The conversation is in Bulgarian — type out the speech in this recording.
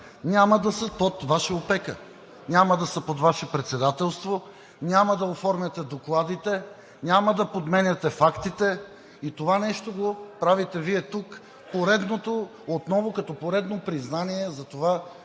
няма да са под Ваша опека, няма да са под Ваше председателство, няма да оформяте докладите, няма да подменяте фактите. Това нещо го правите Вие тук отново като поредно признание за това